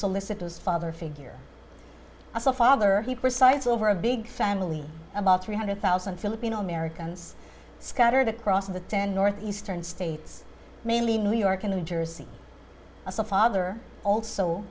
solicitous father figure as a father he presides over a big family about three hundred thousand filipino americans scattered across the ten northeastern states mainly new york and new jersey a father also